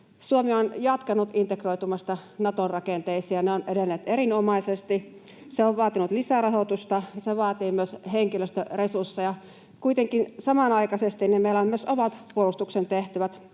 Suomi on jatkanut integroitumista Naton rakenteisiin, ja ne ovat edenneet erinomaisesti. Se on vaatinut lisärahoitusta, ja se vaatii myös henkilöstöresursseja. Kuitenkin samanaikaisesti meillä on myös omat puolustuksen tehtävät.